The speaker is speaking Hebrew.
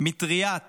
מטריית